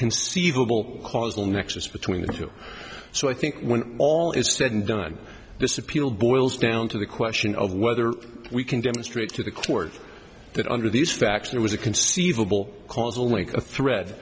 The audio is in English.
conceivable causal nexus between the two so i think when all is said and done this appeal boils down to the question of whether we can demonstrate to the court that under these facts there was a conceivable causal link a threa